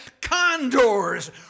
condors